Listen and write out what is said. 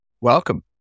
Welcome